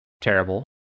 terrible